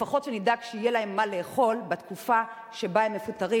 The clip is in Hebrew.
לפחות נדאג שיהיה להם מה לאכול בתקופה שבה הם מפוטרים,